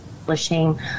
publishing